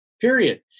period